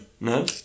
no